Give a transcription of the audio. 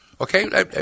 Okay